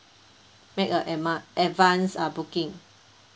make a adva~ advance uh booking